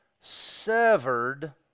severed